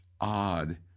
odd